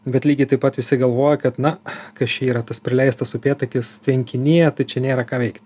bet lygiai taip pat visi galvoja kad na kas čia yra tas paleistas upėtakis tvenkinyje tai čia nėra ką veikti